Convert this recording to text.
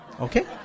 Okay